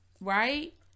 Right